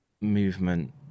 movement